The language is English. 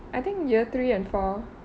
I think year three and four